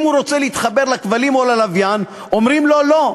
אם הוא רוצה להתחבר לכבלים או ללוויין אומרים לו: לא,